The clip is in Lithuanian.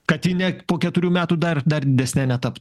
kad ji ne po keturių metų dar dar didesne netapt